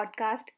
podcast